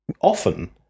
often